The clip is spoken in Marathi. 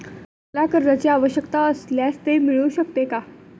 मला कर्जांची आवश्यकता असल्यास ते मिळू शकते का?